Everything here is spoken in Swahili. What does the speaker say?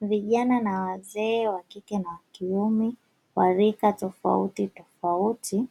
Vijana na wazee wakike na kiume wa rika tofautitofauti,